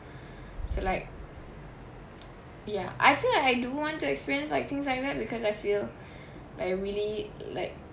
so like ya I feel like I do want to experience like things like that because I feel like I really like